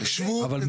אבל,